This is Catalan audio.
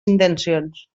intencions